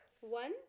One